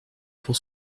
pour